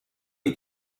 est